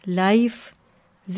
life